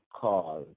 call